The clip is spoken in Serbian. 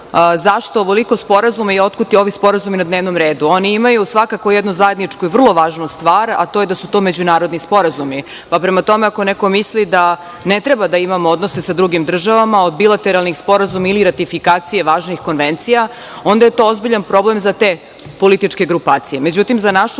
zašto ovoliko sporazuma i otkud ovi sporazumi na dnevnom redu? Oni imaju svakako jednu zajedničku i vrlo važnu stvar, a to je da su to međunarodni sporazumi. Prema tome, ako neko misli da ne treba da imamo odnose sa drugim državama od bilateralnih sporazuma ili ratifikacije važnih konvencija, onda je to ozbiljan problem za te političke grupacije.Međutim, za našu